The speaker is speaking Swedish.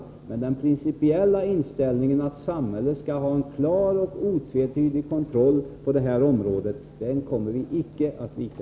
Från den principiella inställningen att samhället skall ha en klar och otvetydig kontroll på detta område kommer vi icke att vika.